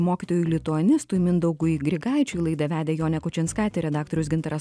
mokytojui lituanistui mindaugui grigaičiui laidą vedė jonė kučinskaitė redaktorius gintaras